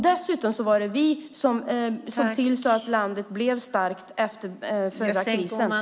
Dessutom var det vi som såg till att landet blev starkt efter den förra krisen.